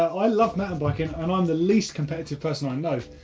i love mountain biking and i'm the least competitive person i know.